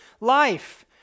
life